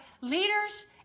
leaders